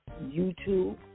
YouTube